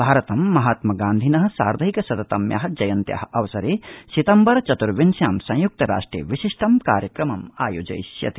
भारतं महात्मागान्धिन सार्धैक शत तम्या जयन्त्या अवसरे सितम्बर चत्र्विंश्यां संयुक्तराष्ट्रे विशिष्ट कार्यक्रमम् आयोजयिष्यति